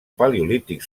paleolític